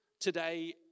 today